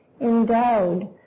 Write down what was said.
endowed